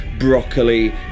Broccoli